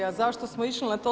A zašto smo išli na to?